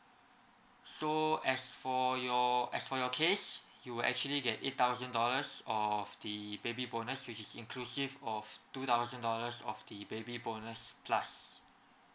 so as for your as for your case you'll actually get eight thousand dollars of the baby bonus which is inclusive of two thousand dollars of the baby bonus plus